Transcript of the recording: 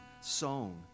sown